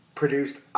produced